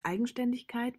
eigenständigkeit